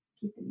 keep